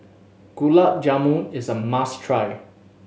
Gulab Jamun is a must try